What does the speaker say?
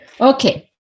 Okay